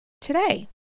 Today